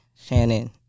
Shannon